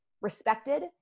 respected